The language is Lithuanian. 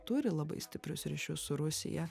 turi labai stiprius ryšius su rusija